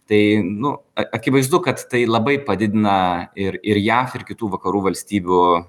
tai nu akivaizdu kad tai labai padidina ir ir jav ir kitų vakarų valstybių